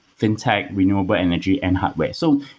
fin-tech, renewabele energy and hardware. so